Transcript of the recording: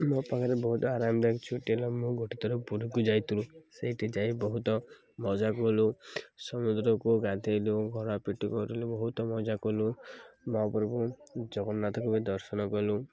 ମୋ ପାଖରେ ବହୁତ ଆରାମଦାୟକ ଛୁଟି ହେଲା ମୁଁ ଗୋଟେ ଥର ପୁରୀକୁ ଯାଇଥିଲୁ ସେଇଠି ଯାଇ ବହୁତ ମଜା କଲୁ ସମୁଦ୍ରକୁ ଗାଧେଇଲୁ ଘରାପିଟି କରିଲୁ ବହୁତ ମଜା କଲୁ ମହାପ୍ରଭୁ ଜଗନ୍ନାଥଙ୍କୁ ବି ଦର୍ଶନ କଲୁ